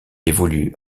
évolue